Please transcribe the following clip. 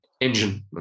engine